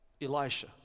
Elisha